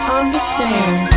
understand